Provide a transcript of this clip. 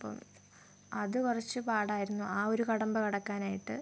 അപ്പം അത് കു ച്ച് പാടായിരുന്നു ആ ഒരു കടമ്പ കടക്കാനായിട്ട്